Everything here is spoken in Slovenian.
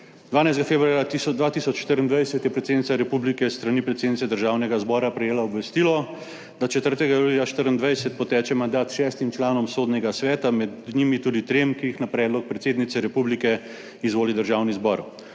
12. februarja 2024 je predsednica republike s strani predsednice Državnega zbora prejela obvestilo, da 4. julija 2024 poteče mandat šestim članom Sodnega sveta, med njimi tudi trem, ki jih na predlog predsednice republike izvoli Državni zbor.